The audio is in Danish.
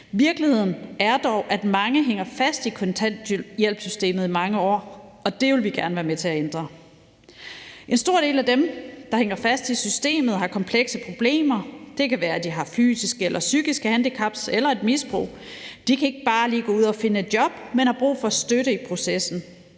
Virkeligheden er dog, at mange hænger fast i kontanthjælpssystemet i mange år, og det vil vi gerne være med til at ændre. En stor del af dem, der hænger fast i systemet, har komplekse problemer. Det kan være, at de har fysiske eller psykiske handicap eller har et misbrug. De kan ikke bare lige gå ud og finde et job, men har brug for støtte i processen.